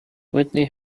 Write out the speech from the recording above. whitney